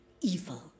evil